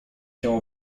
się